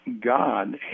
God